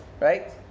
right